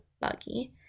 buggy